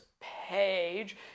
page